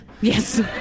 Yes